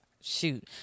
shoot